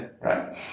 Right